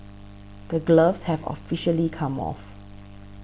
the gloves have officially come off